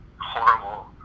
horrible